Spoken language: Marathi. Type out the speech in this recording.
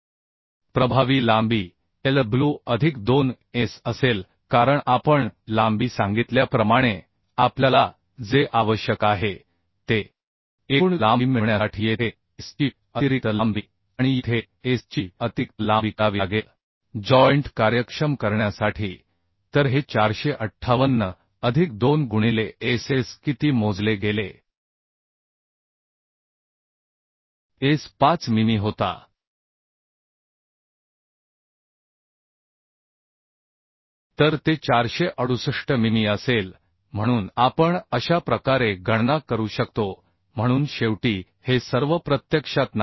मी होत आहे प्रभावी लांबी Lw अधिक 2S असेल कारण आपण लांबी सांगितल्याप्रमाणे आपल्याला जे आवश्यक आहे ते एकूण लांबी मिळविण्यासाठी येथे S ची अतिरिक्त लांबी आणि येथे S ची अतिरिक्त लांबी करावी लागेल जॉइंट कार्यक्षम करण्यासाठी तर हे 458 अधिक 2 गुणिले SS किती मोजले गेले S 5 मिमी होता तर ते 468 मिमी असेल म्हणून आपण अशा प्रकारे गणना करू शकतो म्हणून शेवटी हे सर्व प्रत्यक्षात नाही